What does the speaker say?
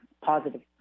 positive